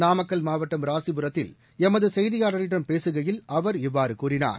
நாமக்கல் மாவட்டம் ராசிபுரத்தில் எமது செய்தியாளரிடம் பேசுகையில் அவர் இவ்வாறு கூறினார்